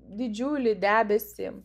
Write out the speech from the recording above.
didžiulį debesį